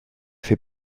fait